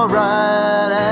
right